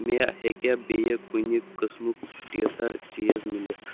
مےٚ ہیٚکیٛاہ بییٚہِ کُنہِ قٕسمُک ٹیٖتَھر چیٖز مِلِتھ